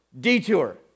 Detour